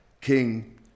King